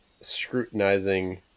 scrutinizing